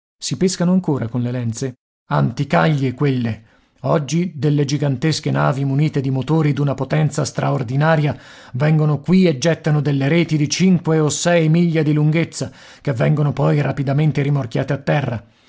si pescano ancora con le lenze anticaglie quelle oggi delle gigantesche navi munite di motori d'una potenza straordinaria vengono qui e gettano delle reti di cinque o sei miglia di lunghezza che vengono poi rapidamente rimorchiate a terra